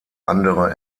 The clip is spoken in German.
andere